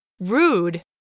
Rude